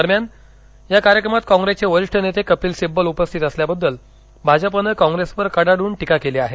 दरम्यान या कार्यक्रमात कॉप्रेसचे वरिष्ठ नेते कपिल सिब्बल उपस्थित असल्याबद्दल भाजपनं कॉप्रेसवर कडाडून टीका केली आहे